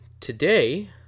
today